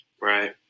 Right